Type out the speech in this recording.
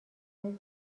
نیز